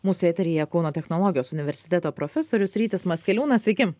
mūsų eteryje kauno technologijos universiteto profesorius rytis maskeliūnas sveiki